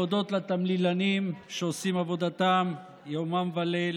להודות לתמלילנים, שעושים עבודתם יומם וליל,